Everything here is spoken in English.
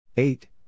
Eight